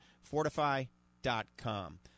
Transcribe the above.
fortify.com